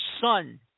son